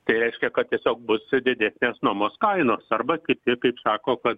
tai reiškia kad tiesiog bus didesnės nuomos kainos arba kiti kaip sako kad